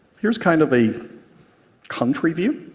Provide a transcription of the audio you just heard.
here's kind of a country view